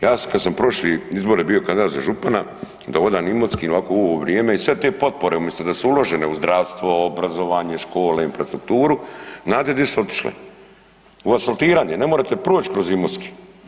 Ja kad sam prošle izbore bio kandidat za župana, onda odam Imotskim ovako u ovo vrijeme i sve te potpore umjesto da su uložene u zdravstvo, obrazovanje, škole, infrastrukturu, znate di su otišle, u asfaltiranje, ne morete proći kroz Imotski.